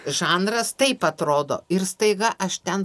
žanras taip atrodo ir staiga aš ten